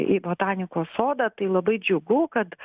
į botanikos sodą tai labai džiugu kad